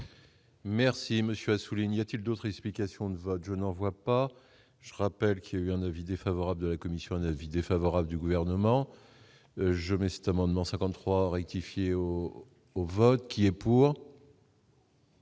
Merci monsieur Assouline, y a-t-il d'autres explications de vote, je n'en vois pas, je rappelle qu'il y a eu un avis défavorable de la commission d'avis défavorable du gouvernement je m'est amendement 53 rectifier au au vote qui est pour.